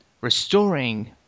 restoring